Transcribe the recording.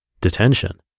detention